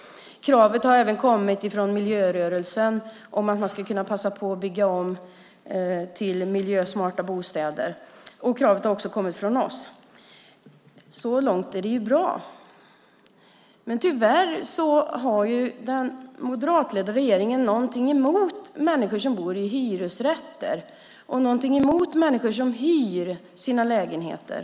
Kravet kom även från miljörörelsen så att man skulle kunna passa på att bygga om till miljösmarta bostäder. Kravet kom också från oss. Så långt är det bra. Tyvärr har den moderatledda regeringen något emot människor som bor i hyresrätter och hyr sina lägenheter.